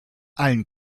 allen